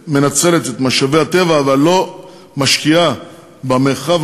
בעצם מנצלת את משאבי הטבע אבל לא משקיעה במרחב